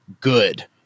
good